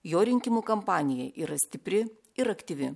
jo rinkimų kampanija yra stipri ir aktyvi